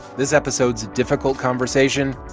this episode's difficult conversation.